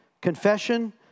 confession